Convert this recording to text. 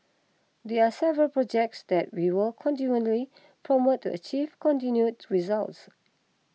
there are several projects that we will continually promote to achieve continued results